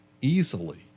easily